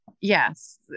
yes